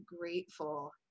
grateful